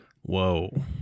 whoa